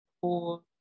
four